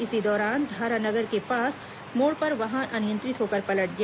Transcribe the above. इसी दौरान धारानगर के पास मोड़ पर वाहन अनियंत्रित होकर पलट गया